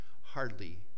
hardly